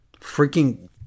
Freaking